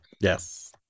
yes